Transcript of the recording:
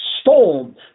storm